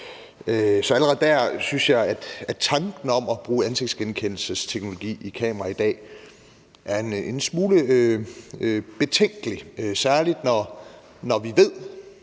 Så allerede der synes jeg, at tanken om at bruge ansigtsgenkendelsesteknologi i kameraer i dag er en smule betænkelig, særlig når vi ved,